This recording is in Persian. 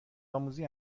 آموزی